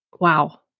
Wow